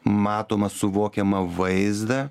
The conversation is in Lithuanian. matoma suvokiamą vaizdą